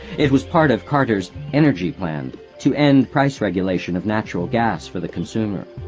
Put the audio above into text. it was part of carter's energy plan to end price regulation of natural gas for the consumer.